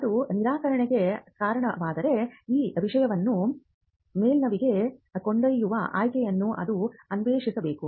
ಅದು ನಿರಾಕರಣೆಗೆ ಕಾರಣವಾದರೆ ಈ ವಿಷಯವನ್ನು ಮೇಲ್ಮನವಿಗೆ ಕೊಂಡೊಯ್ಯುವ ಆಯ್ಕೆಗಳನ್ನು ಅದು ಅನ್ವೇಷಿಸಬೇಕು